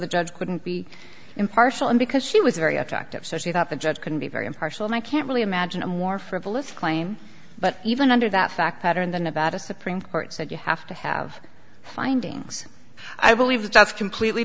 the judge couldn't be impartial and because she was very attractive so she thought the judge can be very impartial and i can't really imagine a more frivolous claim but even under that fact pattern than about a supreme court said you have to have findings i believe that's completely